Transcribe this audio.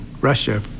russia